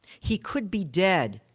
he could be dead,